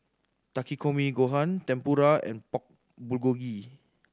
Takikomi Gohan Tempura and Pork Bulgogi